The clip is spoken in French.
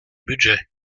budget